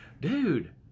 Dude